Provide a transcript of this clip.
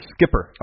Skipper